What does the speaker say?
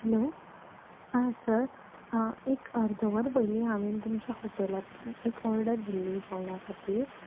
hello आं sir एक अर्द वर पयलीं हांवें तुमचे हॉटेलांत एक ऑर्डर दिल्ली जेवणा खातीर